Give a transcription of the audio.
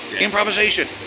Improvisation